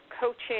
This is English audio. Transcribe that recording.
coaching